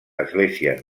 esglésies